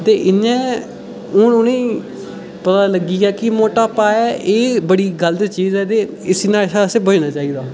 ते हून उ'नें गी पता लग्गेआ कि मटापा ऐ एह् बड़ी गलत चीज ऐ ते एह्दे शा असें गी बचना चाहिदा